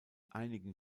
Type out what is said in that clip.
einigen